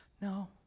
No